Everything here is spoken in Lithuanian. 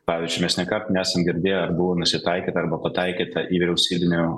pavyzdžiui mes nekart nesam girdėję ar buvo nusitaikyta arba pataikyta į vyriausybinių